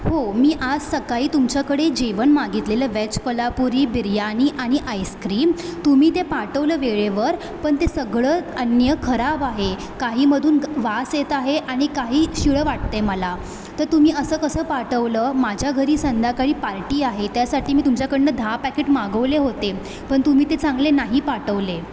हो मी आज सकाळी तुमच्याकडे जेवण मागितलेले वेज कोल्हापुरी बिर्यानी आणि आइसक्रीम तुम्ही ते पाठवलं वेळेवर पण ते सगळं अन्न खराब आहे काहीमधून ग् वास येत आहे आणि काही शिळं वाटतं आहे मला तर तुम्ही असं कसं पाठवलं माझ्या घरी संध्याकाळी पार्टी आहे त्यासाठी मी तुमच्याकडनं दहा पॅकेट मागवले होते पण तुम्ही ते चांगले नाही पाठवले